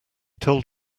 told